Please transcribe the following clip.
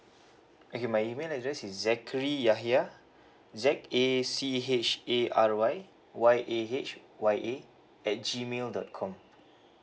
okay my email address is zachary yahya Z A C H A R Y Y A H Y A at G mail dot com